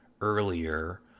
earlier